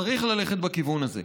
וצריך ללכת בכיוון הזה.